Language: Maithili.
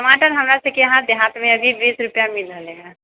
टमाटर हमरा सबके यहाँ देहातमे अभि बीस रुपआ मिल रहलै हँ